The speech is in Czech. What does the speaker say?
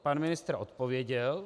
Pan ministr odpověděl.